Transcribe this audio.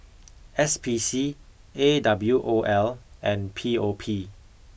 S P C A W O L and P O P